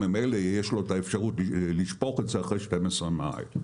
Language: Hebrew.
ממילא יש לו את האפשרות לשפוך את זה אחרי 12 מייל.